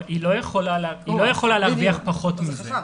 -- היא לא יכולה להרוויח פחות מזה.